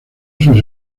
sus